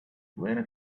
where